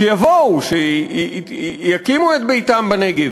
שיבואו, שיקימו את ביתם בנגב.